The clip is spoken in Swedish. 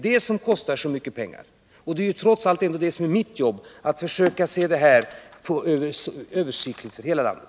Mitt jobb är trots allt att försöka att se det här översiktligt för hela landet.